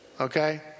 Okay